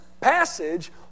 passage